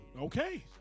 Okay